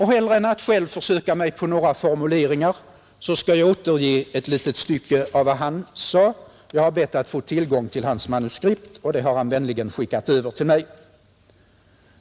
Hellre än att själv försöka mig på några formuleringar skall jag återge ett litet stycke av vad han sade. Jag har bett att få tillgång till hans manuskript, och han har vänligen skickat över det till mig.